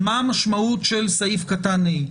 מה המשמעות של סעיף קטן (ה).